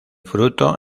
fruto